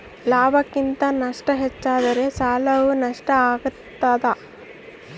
ಲಾಭಕ್ಕಿಂತ ನಷ್ಟ ಹೆಚ್ಚಾದರೆ ಸಾಲವು ನಷ್ಟ ಆಗ್ತಾದ